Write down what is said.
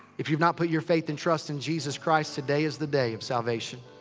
if you've not put your faith and trust in jesus christ, today is the day of salvation.